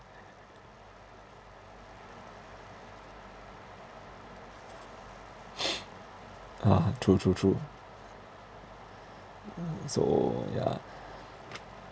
uh true true true so yeah